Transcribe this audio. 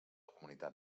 comunitat